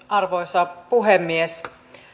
arvoisa puhemies